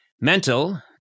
mental